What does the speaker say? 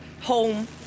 home